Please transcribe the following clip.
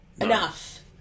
enough